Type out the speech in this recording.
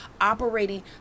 operating